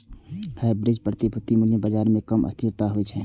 hybrid प्रतिभूतिक मूल्य मे बाजार मे कम अस्थिरता होइ छै